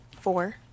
four